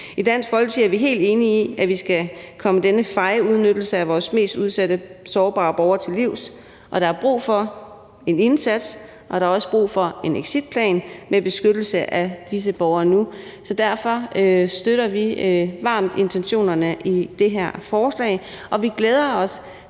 I Dansk Folkeparti er vi helt enige i, at vi skal komme denne feje udnyttelse af vores mest udsatte og sårbare borgere til livs. Og der er brug for en indsats nu, og der er også brug for en exitplan med beskyttelse af disse borgere nu. Så derfor støtter vi varmt intentionerne i det her forslag,